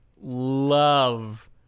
love